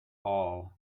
all